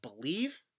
believe